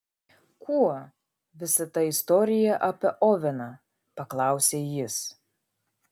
kuo visa ta istorija apie oveną paklausė jis